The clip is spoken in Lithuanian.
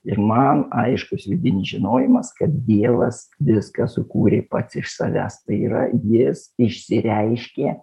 ir man aiškus vidinis žinojimas kad dievas viską sukūrė pats iš savęs tai yra jis išsireiškė